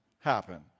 happen